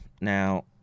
Now